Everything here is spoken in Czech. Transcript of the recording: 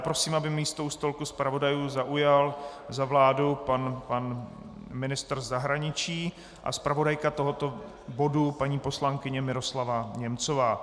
Prosím, aby místo u stolku zpravodajů zaujal za vládu pan ministr zahraničí a zpravodajka tohoto bodu paní poslankyně Miroslava Němcová.